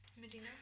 Medina